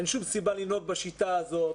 אין שום סיבה לנהוג בשיטה הזאת.